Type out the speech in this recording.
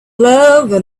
love